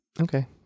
Okay